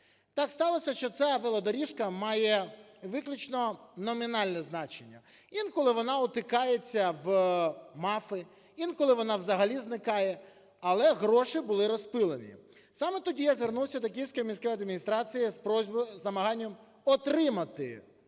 Так сталося, що ця велодоріжка має виключно номінальне значення. Інколи вона утикається в МАФи, інколи вона взагалі зникає, але гроші були розпилені. Саме тоді я звернувся до Київської міської адміністрації з просьбой, з намаганням отримати